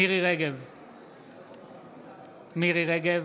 מירי מרים רגב,